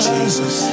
Jesus